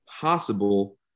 possible